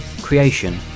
creation